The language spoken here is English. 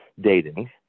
dating